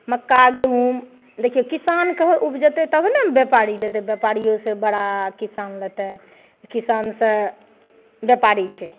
मक्का गहूँम देखियौ किसानके ऊपजतै तब ने व्यापारी व्यापारियोसँ बड़ा किसान लेतै किसानसँ व्यापारी छै